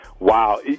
Wow